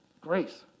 grace